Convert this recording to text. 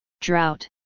drought